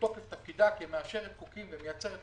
בתוקף תפקידה כמאשרת חוקים ומייצרת חוקים,